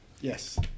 Yes